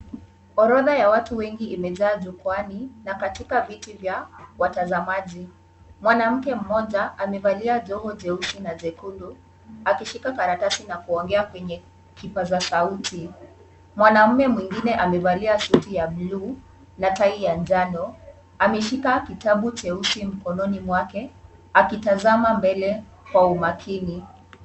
Orodha ya watu wengi imejaa jukwaani na katika viti vya watazamaji. Mwanamke mmoja amevalia joho jeusi na jekundu, akishika karatasi na kuongea kwenye kipaza sauti. Mwanamume mwingine amevalia suti ya blue na tai ya njano, ameshika kitabu cheusi mikononi mwake, akitazama mbele kwa umakini.